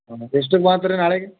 ಹಾಂ ಎಷ್ಟಕ್ಕೆ ಬಾ ಅಂತಿರಿ ನಾಳೆಗೆ